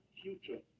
future